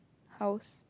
house